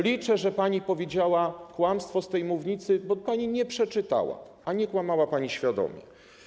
Liczę, że pani powiedziała kłamstwo z tej mównicy, bo pani tego nie przeczytała, i że nie kłamała pani świadomie.